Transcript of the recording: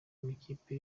mw’ikipe